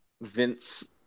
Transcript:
Vince